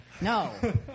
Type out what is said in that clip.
No